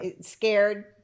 Scared